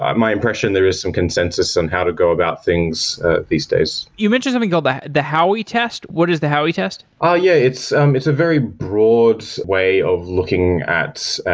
ah my impression, there is some consensus on how to go about things these days. you mentioned something called the the howie test. what is the howie test? ah yeah. it's um it's a very broad way of looking at,